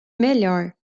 melhor